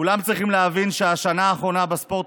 כולם צריכים להבין שהשנה האחרונה בספורט